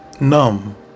numb